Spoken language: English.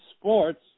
sports